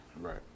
right